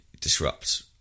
disrupt